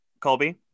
Colby